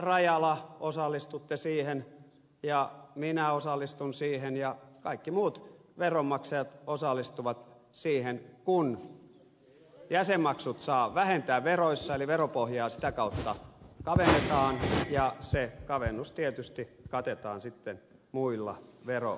rajala osallistutte siihen ja minä osallistun siihen ja kaikki muut veronmaksajat osallistuvat siihen kun jäsenmaksut saa vähentää veroissa eli veropohjaa sitä kautta kavennetaan ja se kavennus tietysti katetaan sitten muilla verorahoilla